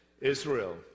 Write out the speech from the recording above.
Israel